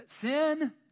sin